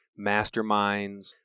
masterminds